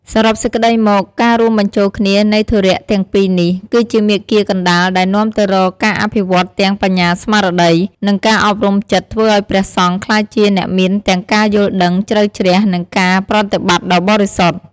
សរុបសេចក្ដីមក ការរួមបញ្ចូលគ្នានៃធុរៈទាំងពីរនេះ គឺជាមាគ៌ាកណ្តាលដែលនាំទៅរកការអភិវឌ្ឍទាំង បញ្ញាស្មារតី និងការអប់រំចិត្តធ្វើឱ្យព្រះសង្ឃក្លាយជាអ្នកមានទាំងការយល់ដឹងជ្រៅជ្រះ និងការប្រតិបត្តិដ៏បរិសុទ្ធ។